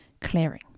clearing